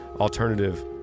alternative